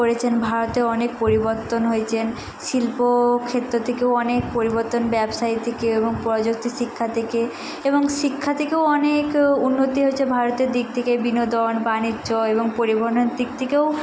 করেছেন ভারতে অনেক পরিবর্তন হয়েছেন শিল্পক্ষেত্ত থেকেও অনেক পরিবর্তন ব্যবসায়ী থেকে এবং প্রযুক্তি শিক্ষা থেকে এবং শিক্ষা থেকেও অনেক উন্নতি হয়েছে ভারতের দিক থেকে বিনোদন বাণিজ্য এবং পরিবহনের দিক থিকেও